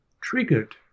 triggered